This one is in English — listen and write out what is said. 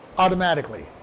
automatically